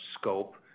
scope